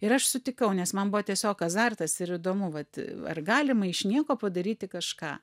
ir aš sutikau nes man buvo tiesiog azartas ir įdomu vat ar galima iš nieko padaryti kažką